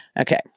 Okay